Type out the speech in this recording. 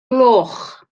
gloch